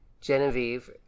Genevieve